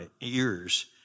ears